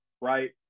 right